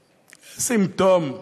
סימפטום.